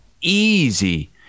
easy